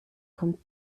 kommt